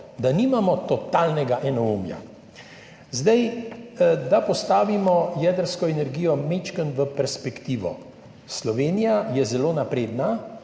da nimamo totalnega enoumja. Da postavimo jedrsko energijo malo v perspektivo. Slovenija je zelo napredna